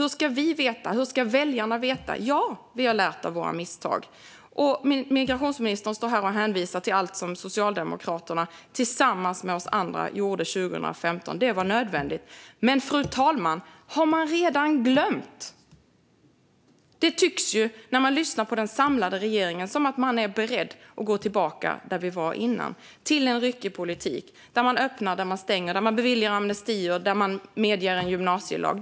Hur ska vi och väljarna veta vad som gäller? Vi har som sagt lärt oss av våra misstag. Migrationsministern hänvisar till allt som Socialdemokraterna gjorde 2015 tillsammans med oss andra. Det var nödvändigt. Men, fru talman, har de redan glömt allt? När man lyssnar till den samlade regeringen tycks det som om den är beredd att gå tillbaka till den punkt där vi befann oss innan. Det var en ryckig politik där man öppnar och stänger, beviljar amnestier och medger en gymnasielag.